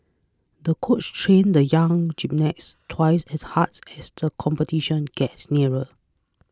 the coach trained the young gymnast twice as hard as the competition gets neared